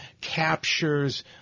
captures